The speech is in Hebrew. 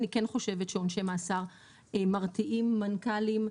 אני כן חושבת שעונשי מאסר מרתיעים מנכ"לים,